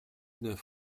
neuf